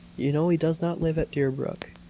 you know he does not live at deerbrook.